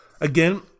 Again